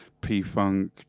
P-Funk